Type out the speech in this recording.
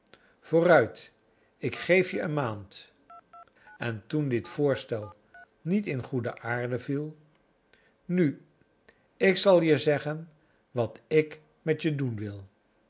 vooruit ik geef je een maand en toen dit voorstel niet in goede aarde viel nu ik zal je zeggen wat ik met je doen wil